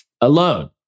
alone